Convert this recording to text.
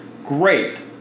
Great